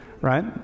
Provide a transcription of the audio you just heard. right